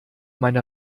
meine